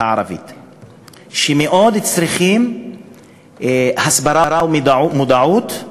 וצריכים מאוד הסברה ומודעות: